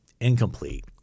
incomplete